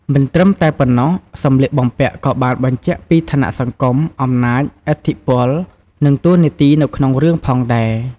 មិនត្រឹមតែប៉ុណ្ណោះ សម្លៀកបំពាក់ក៏បានបញ្ជាក់ពី ឋានៈសង្គម អំណាច ឥទ្ធិពល និងតួនាទីនៅក្នុងរឿងផងដែរ ។